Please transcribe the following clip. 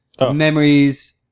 memories